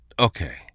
Okay